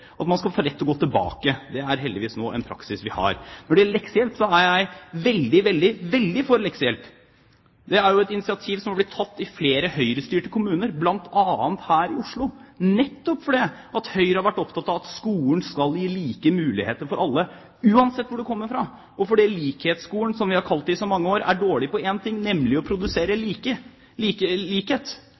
at man skal få rett til å gå tilbake. Det er heldigvis nå en praksis vi har. Når det gjelder leksehjelp, er jeg veldig – veldig – for leksehjelp. Det er jo et initiativ som er blitt tatt i flere Høyre-styrte kommuner, bl.a. her i Oslo, nettopp fordi Høyre har vært opptatt av at skolen skal gi like muligheter for alle, uansett hvor du kommer fra, og fordi likhetsskolen, som vi har kalt det i så mange år, er dårlig på én ting, nemlig å produsere